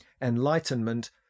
enlightenment